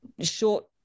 short